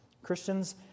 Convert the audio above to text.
Christians